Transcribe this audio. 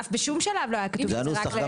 בשום שלב לא היה כתוב את זה רק --- זה הנוסח,